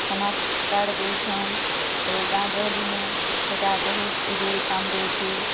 smart card ଦେଇଛନ୍ ତ ଗାଁ ଗହଲି ନେ ସେଟା ବହୁତ୍ ଏବେ କାମ୍ ଦେଉଛେ